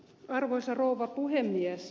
arvoisa rouva puhemies